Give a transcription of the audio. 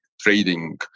trading